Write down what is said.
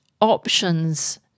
options